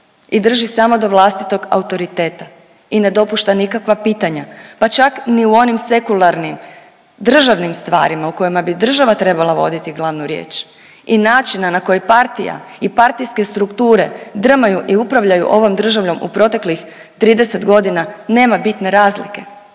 i drži samo do vlastitog autoriteta i ne dopušta nikakva pitanja, pa čak ni u onim sekularnim državnim stvarima u kojima bi država trebala voditi glavnu riječ i načina na koji partija i partijske strukture drmaju i upravljaju ovom državom u proteklih 30.g. nema bitne razlike,